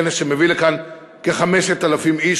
כנס שמביא לכאן כ-5,000 איש,